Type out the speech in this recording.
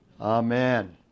Amen